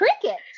cricket